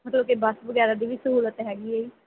ਮਤਲਬ ਕਿ ਬੱਸ ਵਗੈਰਾ ਦੀ ਵੀ ਸਹੂਲਤ ਹੈਗੀ ਹੈ ਜੀ